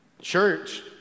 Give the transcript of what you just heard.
Church